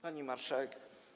Pani Marszałek!